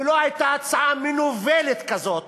ולא הייתה הצעה מנוולת כזאת,